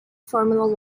formula